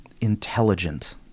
intelligent